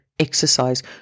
Exercise